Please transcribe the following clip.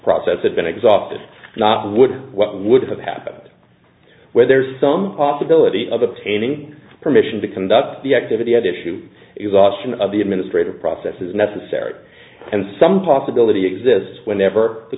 process had been exhausted not would what would have happened where there is some possibility of obtaining permission to conduct the activity at issue is option of the administrative process is necessary and some possibility exists whenever the